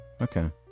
Okay